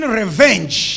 revenge